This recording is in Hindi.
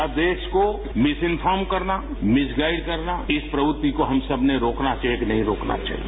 क्या देश को मिसइंफोम करना मिसगाइड करना इस प्रवृत्ति को हम सब को रोकना चाहिए या नहीं रोकना चाहिए